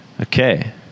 okay